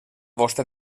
vostre